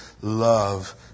love